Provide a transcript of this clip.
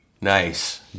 Nice